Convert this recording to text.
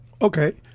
Okay